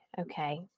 okay